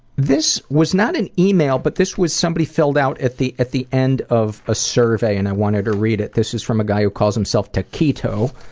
this was not an email, but this was somebody filled out at the at the end of a survey and i wanted to read it. this is from a guy who calls himself taquito.